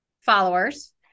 followers